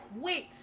quit